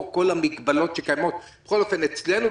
כל המגבלות שקיימות בכל אופן אצלנו,